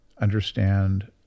understand